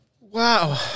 wow